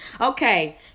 Okay